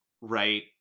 right